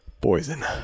poison